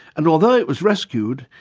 and although it was rescued,